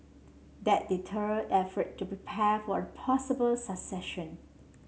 that deter effort to prepare for a possible succession